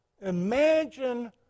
imagine